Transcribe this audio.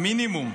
המינימום,